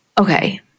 Okay